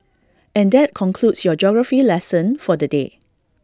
and that concludes your geography lesson for the day